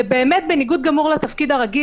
זה באמת בניגוד גמור לתפקיד הרגיל,